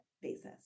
basis